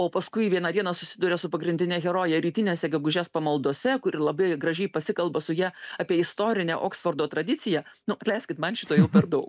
o paskui vieną dieną susiduria su pagrindine heroje rytinėse gegužės pamaldose kuri labai gražiai pasikalba su ja apie istorinę oksfordo tradiciją nu atleiskit man šito jau per daug